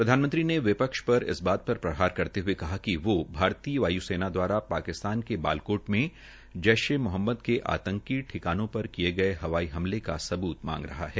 प्रधानमंत्री ने विपक्ष का इस बार पर प्रहार करते हये कहा कि वो भारतीय वाय्सेना द्वारा पाकिस्तान के बालाकोट में जैशे ए मोहम्मद के आतंकवादी ठिकानों पर किये गये हवाई हमले का सबूत मांग रहा है